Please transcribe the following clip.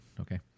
okay